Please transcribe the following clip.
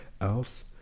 Else